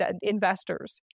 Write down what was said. investors